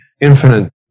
infinite